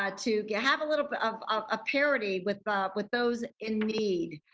ah to yeah have a little bit of a parity with but with those in need.